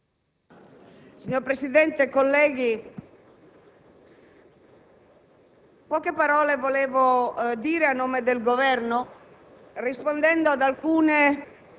Signor Presidente, colleghi,